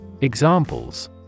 Examples